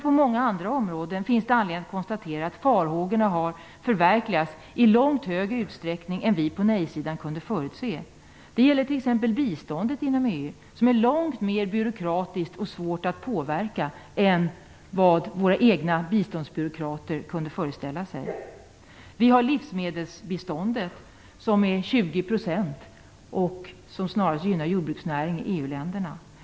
På många andra områden finns det anledning att konstatera att farhågorna har förverkligats i mycket större utsträckning än vad vi på nej-sidan kunde förutse. Det gäller t.ex. biståndet inom EU, som är långt mer byråkratiskt och svårt att påverka än vad våra egna biståndsbyråkrater kunde föreställa sig. Vi har livsmedelsbiståndet som är 20 % och som snarast gynnar jordbruksnäringen i EU-länderna.